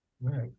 Right